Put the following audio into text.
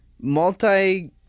multi